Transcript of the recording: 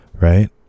Right